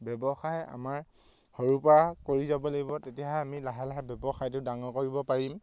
ব্যৱসায় আমাৰ সৰুৰপৰা কৰি যাব লাগিব তেতিয়াহে আমি লাহে লাহে ব্যৱসায়টো ডাঙৰ কৰিব পাৰিম